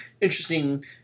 interesting